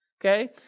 Okay